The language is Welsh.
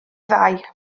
ddau